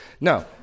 No